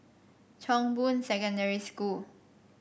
Chong Boon Secondary School